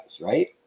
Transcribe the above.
right